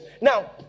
Now